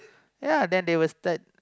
ya then they will start